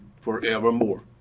forevermore